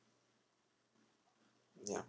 ya